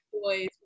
boys